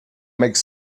make